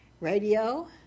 radio